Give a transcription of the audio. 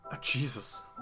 Jesus